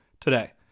today